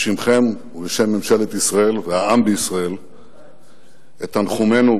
בשמכם ובשם ממשלת ישראל והעם בישראל את תנחומינו